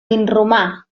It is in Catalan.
vinromà